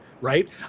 right